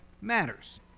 matters